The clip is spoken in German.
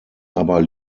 aber